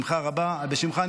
רבה שאתה --- בשמחה רבה.